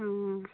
ആ